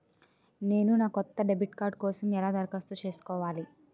నేను నా కొత్త డెబిట్ కార్డ్ కోసం ఎలా దరఖాస్తు చేసుకోవాలి?